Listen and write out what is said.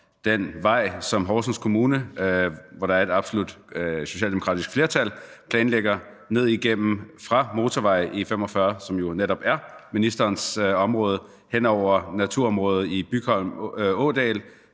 den vej, som Horsens Kommune – hvor der er et absolut socialdemokratisk flertal – planlægger fra motorvej E45, som jo netop er ministerens område, hen over naturområder i Bygholm Ådal,